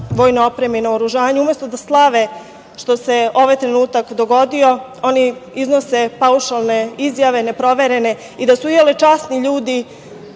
vojne opreme i naoružanja. Umesto da slave što se ovaj trenutak dogodio, oni iznose paušalne izjave, neproverene. I da su iole časni ljudi,